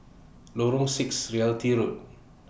Lorong six Realty Park